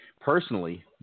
personally